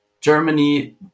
Germany